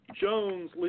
Jones